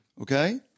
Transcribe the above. okay